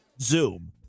zoom